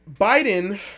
biden